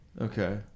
Okay